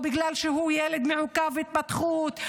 או בגלל שהוא ילד מעוכב התפתחות,